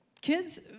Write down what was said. kids